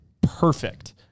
perfect